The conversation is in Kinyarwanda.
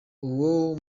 uwo